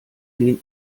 den